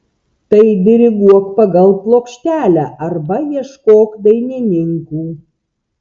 tai diriguok pagal plokštelę arba ieškok dainininkų